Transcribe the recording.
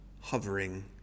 hovering